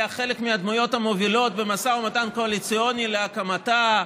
היה חלק מהדמויות המובילות במשא ומתן קואליציוני להקמתה,